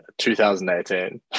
2018